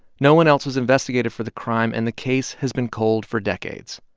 no one else was investigated for the crime, and the case has been cold for decades.